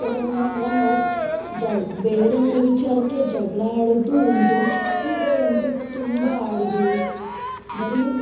ಕೆಲ ಒನ್ನೊಂದು ಸಲ ನಾವು ಜ ಬೇರೆಯವ್ರ ವಿಚಾರಕ್ಕೆ ಜಗಳ ಆಡಿದ್ದು ಉಂಟು ಚಿಕ್ಕುದ್ರ ಅಲ್ಲಂತು ತುಂಬ ಆಡಿದ್ದೀವಿ ಬರಿ